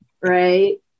right